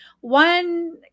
One